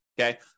okay